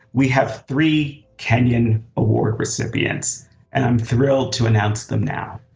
we have three kinyon award recipients, and i'm thrilled to announce them now.